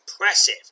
impressive